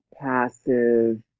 passive